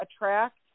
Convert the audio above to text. attract